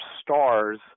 stars